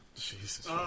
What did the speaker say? Jesus